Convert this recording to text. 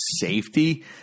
safety